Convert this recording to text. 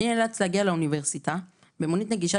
אני נאלץ להגיע לאוניברסיטה במונית נגישה